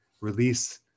release